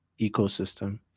ecosystem